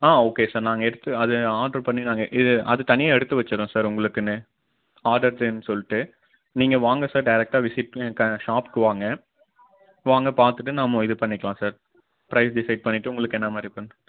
ஆ okay sir நாங்கள் எடுத்து அது ஆர்ட்ரு பண்ணி நாங்கள் இது அது தனியா எடுத்து வச்சுட்டுறோம் சார் உங்களுக்குன்னு ஆர்டர் பேன்னு சொல்லிட்டு நீங்கள் வாங்க சார் டேரெக்டாக விசிட் க ஷாப்க்கு வாங்க வாங்க பார்த்துட்டு நாமோ இது பண்ணிக்கலாம் சார் ப்ரைஸ் டிசைட் பண்ணிட்டு உங்களுக்கு என்ன மாதிரி பண்